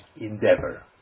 endeavor